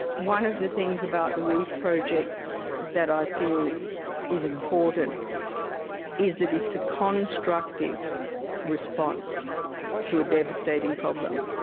one of the things about the reef project that i feel is important is that it's a constructive response to a devastating problem.